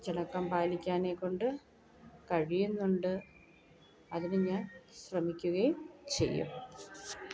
അച്ചടക്കം പാലിക്കാനേകൊണ്ട് കഴിയുന്നുണ്ട് അതിന് ഞാൻ ശ്രമിക്കുകയും ചെയ്യും